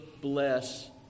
bless